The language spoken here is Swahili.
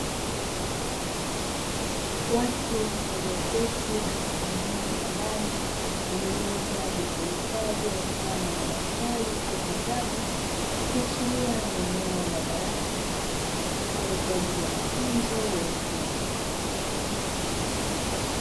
Watu walioketi katika eneo la ndani lenye meza zilizohifadhi mfano wa daftari au vitabu, ikiashiria eneo la darasa litumikalo kwa ajiliya mafunzo ya ufundi.